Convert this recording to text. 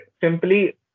simply